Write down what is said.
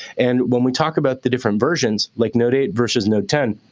and when we talk about the different versions, like node eight versus node ten,